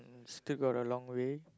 mm still got a long way